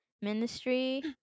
ministry